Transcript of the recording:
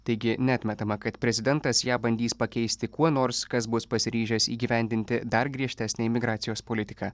taigi neatmetama kad prezidentas ją bandys pakeisti kuo nors kas bus pasiryžęs įgyvendinti dar griežtesnę imigracijos politiką